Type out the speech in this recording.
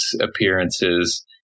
appearances